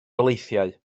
daleithiau